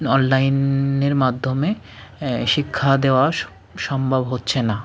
অনলাইনের মাধ্যমে শিক্ষা দেওয়া সম্ভব হচ্ছে না